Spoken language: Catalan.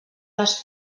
les